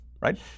right